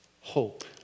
hope